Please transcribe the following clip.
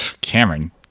Cameron